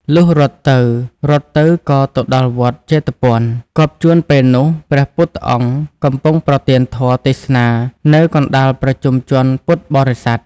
លុះរត់ទៅៗ ក៏ទៅដល់វត្តជេតពន គាប់ជួនពេលនោះ ព្រះពុទ្ធអង្គកំពុងប្រទានធម៌ ទេសនា នៅកណ្តាលប្រជុំជនពុទ្ធបរិស័ទ ។